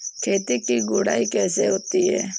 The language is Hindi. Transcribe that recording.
खेत की गुड़ाई कैसे होती हैं?